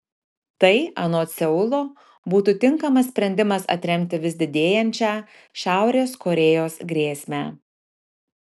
tai anot seulo būtų tinkamas sprendimas atremti vis didėjančią šiaurės korėjos grėsmę